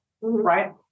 right